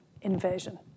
invasion